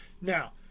Now